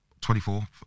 24